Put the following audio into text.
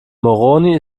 moroni